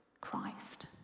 Christ